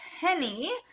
Penny